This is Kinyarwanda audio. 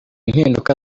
mpinduka